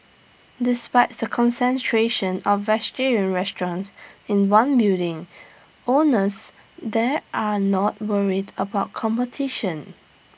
despite the concentration of vegetarian restaurants in one building owners there are not worried about competition